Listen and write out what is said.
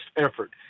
effort